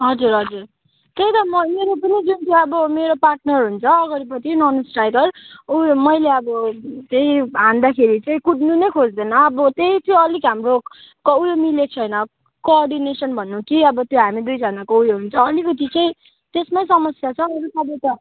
हजुर हजुर त्यही त म मेरो पनि मेरो पार्टनर हुन्छ अगाडिको ननस्ट्राइकर उयो मैले अब त्यही हान्दाखेरि चाहिँ कुद्नु नै खोज्दैन अब त्यही त्यो अलिक हाम्रो उयो मिलेको छैन कोअर्डिनेसन भन्नु कि अब त्यो अब हामी दुईजनाको उयो हुन्छ अलिकति चाहिँ त्यसमै समस्या छ अरू अरू